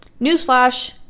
Newsflash